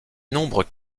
nombres